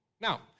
Now